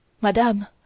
Madame